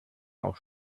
auch